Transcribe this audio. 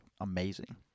amazing